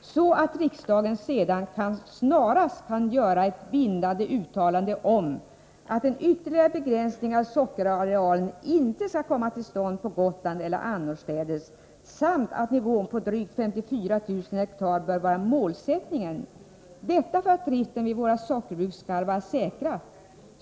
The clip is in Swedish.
så att riksdagen därefter snarast kan göra ett bindande uttalande om att en ytterligare begränsning av sockerarealen inte skall komma till stånd på Gotland eller annorstädes samt att nivån på drygt 54 000 ha bör vara målsättningen — detta för att driften vid våra sockerbruk skall vara säkrad.